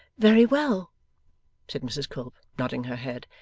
very well said mrs quilp, nodding her head,